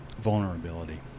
vulnerability